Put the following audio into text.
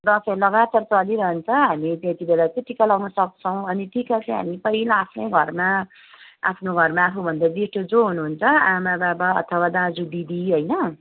दसैँ लगातार चलिरहन्छ हामी त्यति बेला चाहिँ टिका लगाउनु सक्छौँ अनि टिका चाहिँ हामी पहिला आफ्नै घरमा आफ्नो घरमा आफूभन्दा जेठो जो हुनुहुन्छ आमा बाबा अथवा दाजु दिदी होइन